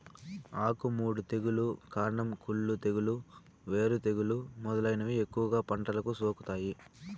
ఆకు మాడు తెగులు, కాండం కుళ్ళు తెగులు, వేరు తెగులు మొదలైనవి ఎక్కువగా పంటలకు సోకుతాయి